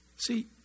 See